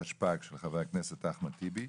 ח"כ אחמד טיבי.